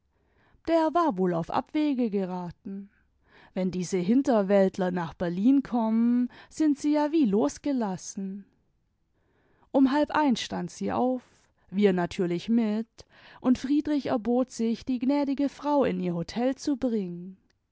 der war wohl auf abwege geraten wenn diese hinterwäldler nach berlin kommen sind sie ja wie losgelassen um halb eins stand sie auf wir natürlich mit und friedrich erbot sich die gnädige frau in ihr hotel zu bringen